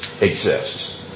exists